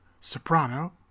soprano